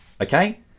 okay